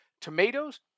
Tomatoes